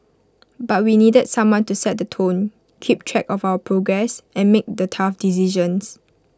but we needed someone to set the tone keep track of our progress and make the tough decisions